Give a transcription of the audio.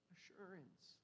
Assurance